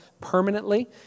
permanently